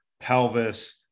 pelvis